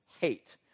hate